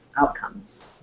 outcomes